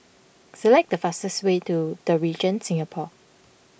select the fastest way to the Regent Singapore